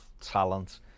talent